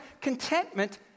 Contentment